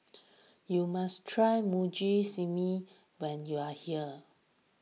you must try Mugi Meshi when you are here